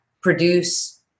produce